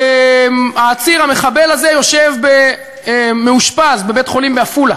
והעציר, המחבל הזה, יושב מאושפז בבית-חולים בעפולה